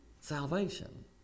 salvation